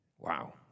Wow